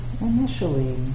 initially